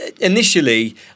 initially